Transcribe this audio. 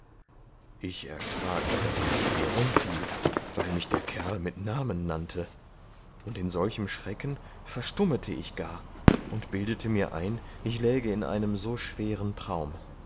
ich erschrak daß ich schier umfiel weil mich der kerl mit namen nannte und in solchem schrecken verstummte ich gar und bildete mir ein ich läge in einem so schweren traum